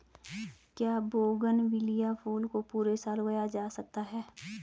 क्या बोगनविलिया फूल को पूरे साल उगाया जा सकता है?